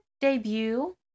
debut